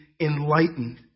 enlightened